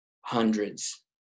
hundreds